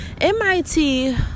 MIT